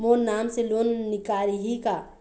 मोर नाम से लोन निकारिही का?